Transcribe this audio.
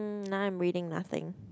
now I'm reading nothing